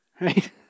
Right